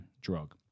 drug